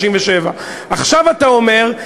עכשיו אתה אומר,